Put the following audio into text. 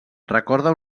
recorda